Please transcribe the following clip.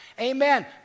Amen